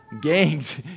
gangs